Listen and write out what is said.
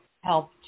help